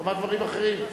הוא אמר דברים אחרים.